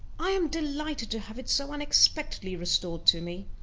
i am delighted to have it so unexpectedly restored to me.